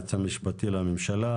ליועץ המשפטי לממשלה,